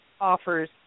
offers